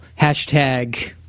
hashtag